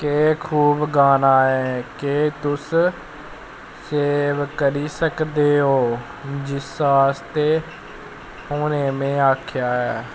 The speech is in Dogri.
क्या खूब गाना ऐ केह् तुस सेव करी सकदे ओ जिस आस्तै हुनै में आखेआ ऐ